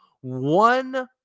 one